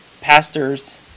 pastors